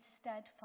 steadfast